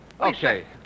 Okay